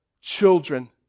children